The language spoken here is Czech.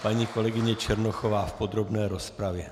Paní kolegyně Černochová v podrobné rozpravě.